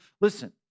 Listen